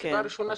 הסיבה הראשונה,